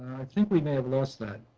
think we may have lost that